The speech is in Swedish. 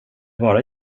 vara